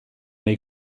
nei